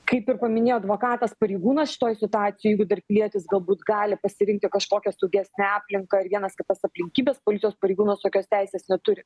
kaip ir paminėjo advokatas pareigūnas šitoj situacijoj jeigu dar pilietis galbūt gali pasirinkti kažkokią saugesnę aplinką ir vienas kitas aplinkybes policijos pareigūnas tokios teisės neturi